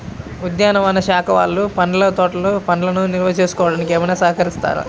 ఉద్యానవన శాఖ వాళ్ళు పండ్ల తోటలు పండ్లను నిల్వ చేసుకోవడానికి ఏమైనా సహకరిస్తారా?